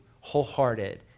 wholehearted